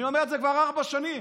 אני אומר את זה כבר ארבע שנים,